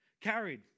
carried